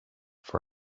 for